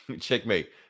checkmate